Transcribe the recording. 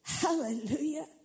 Hallelujah